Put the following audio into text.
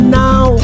now